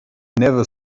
never